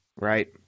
Right